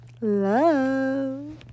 love